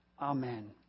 Amen